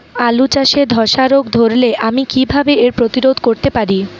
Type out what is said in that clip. আলু চাষে ধসা রোগ ধরলে আমি কীভাবে এর প্রতিরোধ করতে পারি?